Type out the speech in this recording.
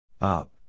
Up